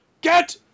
Get